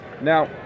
Now